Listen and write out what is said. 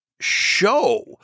show